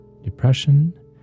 depression